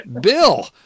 Bill